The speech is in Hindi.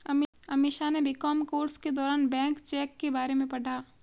अमीषा ने बी.कॉम कोर्स के दौरान बैंक चेक के बारे में पढ़ा